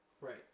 Right